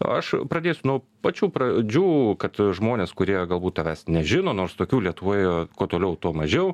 aš pradėsiu nuo pačių pradžių kad žmonės kurie galbūt tavęs nežino nors tokių lietuvoje kuo toliau tuo mažiau